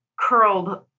curled